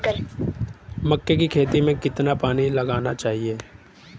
मक्के की खेती में कितना पानी लगाना चाहिए?